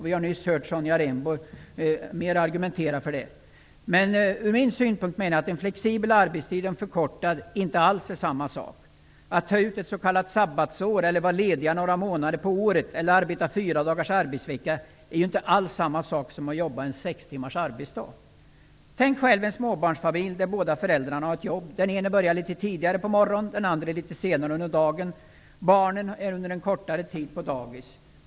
Vi har nyss hört Sonja Rembo argumentera mer för det. Jag menar att flexibel arbetstid och förkortad arbetstid inte alls är samma sak. Att ta ut ett s.k. sabbatsår eller vara ledig några månader på året eller arbeta fyra dagars arbetsvecka är inte alls samma sak som att jobba sex timmars arbetsdag. Tänk er själva en småbarnsfamilj där båda föräldrarna har jobb. Den ena börjar litet tidigare på morgonen och den andra litet senare under dagen. Barnen är under en kortare tid på dagis.